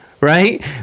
right